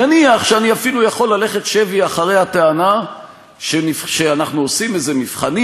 נניח שאני אפילו יכול ללכת שבי אחרי הטענה שאנחנו עושים איזה מבחנים,